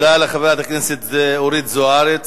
תודה לחברת הכנסת אורית זוארץ.